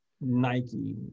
nike